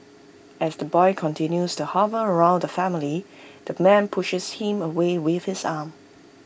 as the boy continues to hover around the family the man pushes him away with his arm